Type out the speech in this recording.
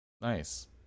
Nice